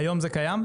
היום זה קיים?